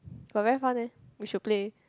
but very fun eh we should play